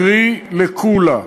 קרי, לקולא.